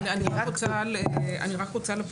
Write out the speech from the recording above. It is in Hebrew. אני רוצה לומר